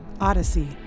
Odyssey